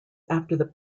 after